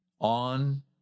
On